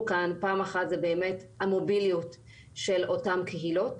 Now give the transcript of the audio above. כאן פעם אחת זו המוביליות של אותן קהילות,